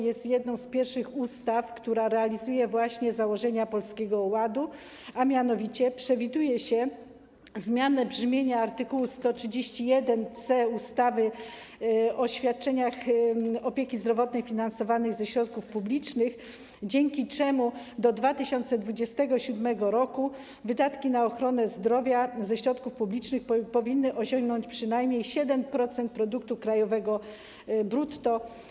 Jest jedną z pierwszych ustaw, która realizuje założenia Polskiego Ładu, a mianowicie przewiduje się zmianę brzmienia art. 131c ustawy o świadczeniach opieki zdrowotnej finansowanych ze środków publicznych, dzięki czemu do 2027 r. wydatki na ochronę zdrowia ze środków publicznych powinny osiągnąć przynajmniej 7% produktu krajowego brutto.